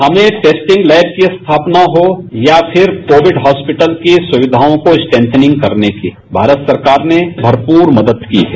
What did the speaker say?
हमें testing lab की स्थापना हो या फ़िर कोविड हॉस्पिटल की सुक्षियों को स्ट्रैंथनिंग करने की भारत सरकार ने भरपूर मदद की है